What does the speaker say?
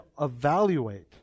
evaluate